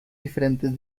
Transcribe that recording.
diferentes